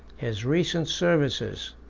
his recent services,